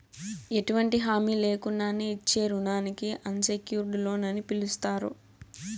ఎటువంటి హామీ లేకున్నానే ఇచ్చే రుణానికి అన్సెక్యూర్డ్ లోన్ అని పిలస్తారు